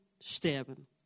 sterben